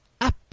up